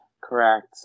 correct